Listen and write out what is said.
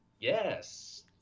Yes